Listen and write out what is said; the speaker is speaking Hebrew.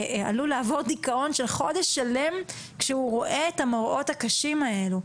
עלול לעבור דיכאון של חודש שלם כשהוא רואה את המראות הקשים האלה.